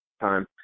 time